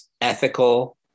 ethical